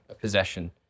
possession